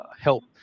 help